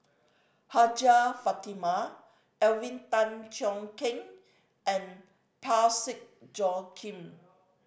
Hajjah Fatimah Alvin Tan Cheong Kheng and Parsick Joaquim